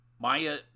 Maya